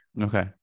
Okay